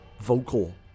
vocal